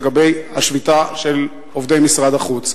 לגבי השביתה של עובדי משרד החוץ.